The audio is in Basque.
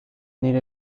nire